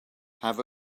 have